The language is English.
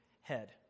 head